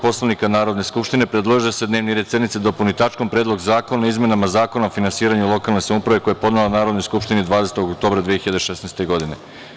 Poslovnika Narodne skupštine, predložila je da se dnevni red sednice dopuni tačkom - Predlog zakona o izmenama Zakona o finansiranju lokalne samouprave, koji je podnela Narodnoj skupštini 20. oktobra 2016. godine.